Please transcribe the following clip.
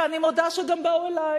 ואני מודה שגם באו אלי